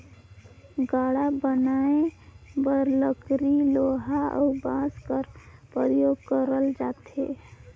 गाड़ा बनाए बर लकरी लोहा अउ बाँस कर परियोग करल जाथे